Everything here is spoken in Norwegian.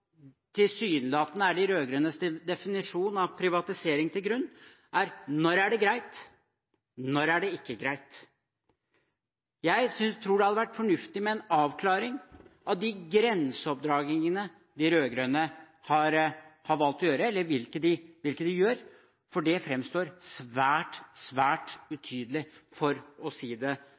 tilsynelatende er de rød-grønnes definisjon av privatisering til grunn: Når er det greit, og når er det ikke greit? Jeg tror det hadde vært fornuftig med en avklaring av den grenseoppgangen de rød-grønne har valgt å foreta, for det framstår svært utydelig, for å si det